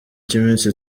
cy’iminsi